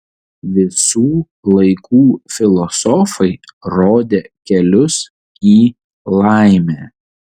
visų laikų filosofai rodė kelius į laimę